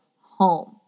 home